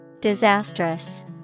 Disastrous